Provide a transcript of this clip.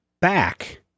back